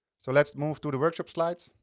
so let's move through the workshop slides,